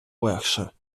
легше